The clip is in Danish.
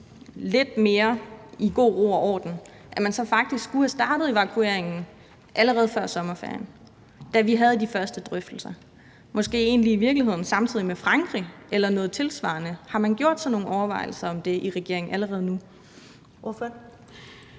lidt mere i god ro og orden, så faktisk skulle have startet evakueringen allerede før sommerferien, da vi havde de første drøftelser, måske i virkeligheden samtidig med Frankrig eller noget tilsvarende? Har man gjort sig nogle overvejelser om det i regeringen allerede nu?